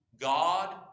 God